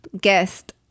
guest